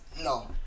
no